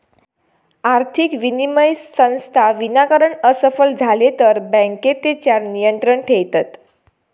आर्थिक विनिमय संस्था विनाकारण असफल झाले तर बँके तेच्यार नियंत्रण ठेयतत